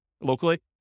locally